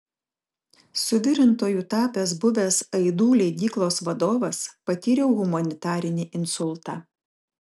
suvirintoju tapęs buvęs aidų leidyklos vadovas patyriau humanitarinį insultą